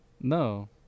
No